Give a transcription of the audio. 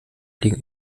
liegen